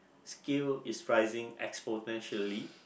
scale is rising exponentially